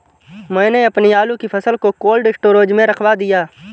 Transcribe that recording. मैंने अपनी आलू की फसल को कोल्ड स्टोरेज में रखवा दिया